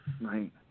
Right